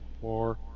four